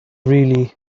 really